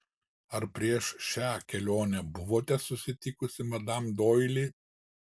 ar prieš šią kelionę buvote sutikusi madam doili